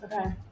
okay